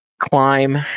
climb